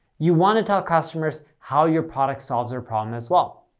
you want to tell customers how your product solves their problem as well.